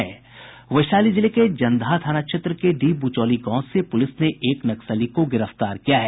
वैशाली जिले में जन्दाहा थानाक्षेत्र के डीह बुचौली गांव से पुलिस ने एक नक्सली को गिरफ्तार किया है